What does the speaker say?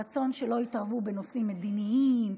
הרצון שלא יתערבו בנושאים מדיניים,